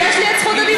יש לי את זכות הדיבור.